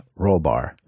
Rollbar